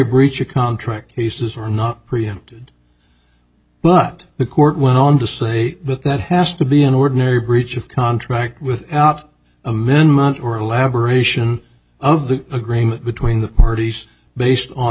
breach of contract he says are not preempted but the court went on to say that that has to be an ordinary breach of contract without amendment or elaboration of the agreement between the parties based on